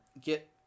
Get